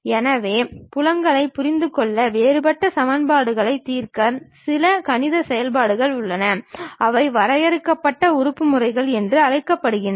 எனவே புலங்களை புரிந்து கொள்ள வேறுபட்ட சமன்பாடுகளை தீர்க்க சில கணித செயல்முறைகள் உள்ளன அவை வரையறுக்கப்பட்ட உறுப்பு முறைகள் என்று அழைக்கிறோம்